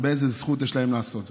איזו זכות יש להם לעשות זאת.